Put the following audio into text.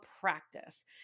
practice